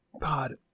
God